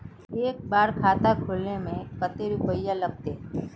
एक बार खाता खोले में कते रुपया लगते?